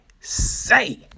say